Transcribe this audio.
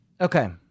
Okay